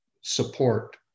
support